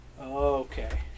Okay